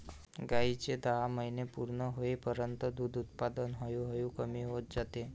गायीचे दहा महिने पूर्ण होईपर्यंत दूध उत्पादन हळूहळू कमी होत जाते